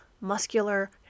muscular